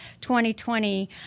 2020